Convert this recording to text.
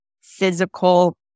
physical